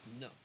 No